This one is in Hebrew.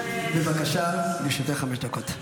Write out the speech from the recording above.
בבקשה, לרשותך חמש דקות.